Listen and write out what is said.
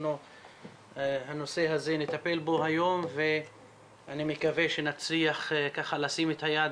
אנחנו נטפל בנושא הזה היום ואני מקווה שנצליח ככה לשים את היד